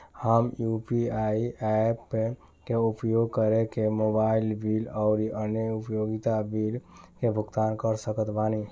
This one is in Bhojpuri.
हम यू.पी.आई ऐप्स के उपयोग करके मोबाइल बिल आउर अन्य उपयोगिता बिलन के भुगतान कर सकत बानी